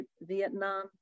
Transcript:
Vietnam